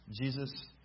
Jesus